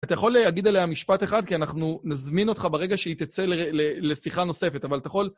אתה יכול להגיד עליה משפט אחד, כי אנחנו נזמין אותך ברגע שהיא תצא לשיחה נוספת, אבל אתה יכול...